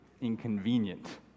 inconvenient